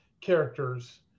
characters